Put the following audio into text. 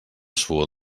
suor